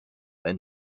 then